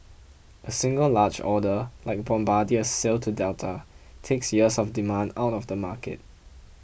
a single large order like Bombardier's sale to Delta takes years of demand out of the market